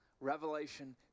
Revelation